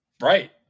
right